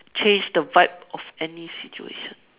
change the vibe of any situation